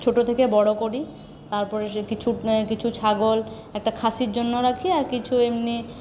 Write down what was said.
ছোটো থেকে বড়ো করি তারপরে সে কিছু কিছু ছাগল একটা খাসির জন্য রাখি আর কিছু এমনি